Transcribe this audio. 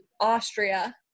Austria